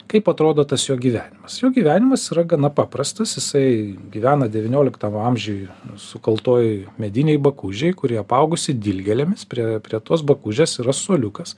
kaip atrodo tas jo gyvenimas jo gyvenimas yra gana paprastas jisai gyvena devynioliktam amžiuj sukaltoj medinėj bakūžėj kuri apaugusi dilgėlėmis priėjo prie tos bakūžės yra suoliukas